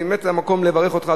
וזה באמת המקום לברך אותך,